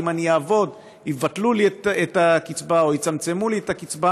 כי אם אני אעבוד יבטלו לי את הקצבה או יצמצמו לי את הקצבה,